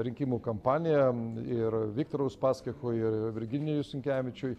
rinkimų kampaniją ir viktorui uspaskichui ir virginijui sinkevičiui